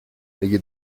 ayez